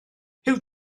huw